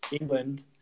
England